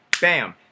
Bam